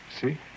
See